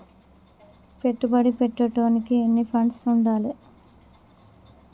పెట్టుబడి పెట్టేటోనికి ఎన్ని ఫండ్స్ ఉండాలే?